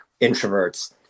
introverts